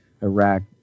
Iraq